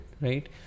right